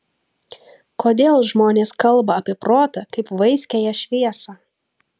kodėl žmonės kalba apie protą kaip vaiskiąją šviesą